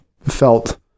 felt